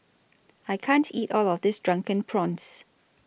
I can't eat All of This Drunken Prawns